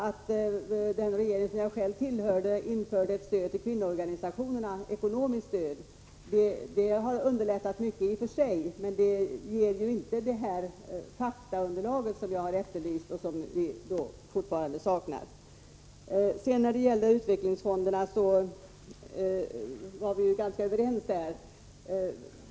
Att den regering som jag själv tillhörde införde ett ekonomiskt stöd till kvinnoorganisationer har i och för sig underlättat mycket, men det ger inte det faktaunderlag som jag har efterlyst och som vi fortfarande saknar. När det gäller utvecklingsfonderna var vi ganska överens.